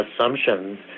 assumptions